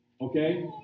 Okay